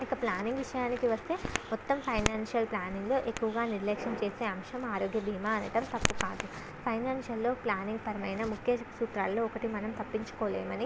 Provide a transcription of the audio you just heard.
ఇక ప్లానింగ్ విషయానికి వస్తే మొత్తం ఫైనాన్షియల్ ప్లానింగ్ ఎక్కువగా నిర్లక్ష్యం చేసే అంశం ఆరోగ్య భీమా అనటం తప్పు కాదు ఫైనాన్షియల్లో ప్లానింగ్ పరమైన ముఖ్య సూత్రాల్లో ఒకటి మనం తప్పించుకోలేమని